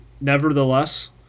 Nevertheless